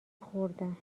خوردن